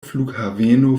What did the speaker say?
flughaveno